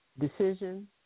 decision